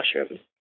mushrooms